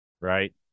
right